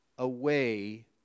away